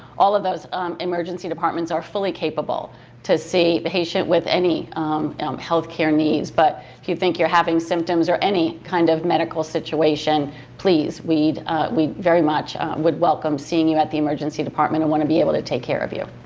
all of those emergency departments are fully capable to see a patient with any health care needs, but if you think you're having symptoms or any kind of medical situation please we'd we'd very much would welcome seeing you at the emergency department and want to be able to take care of you.